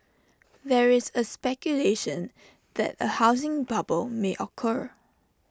there is A speculation that A housing bubble may occur